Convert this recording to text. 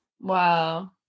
Wow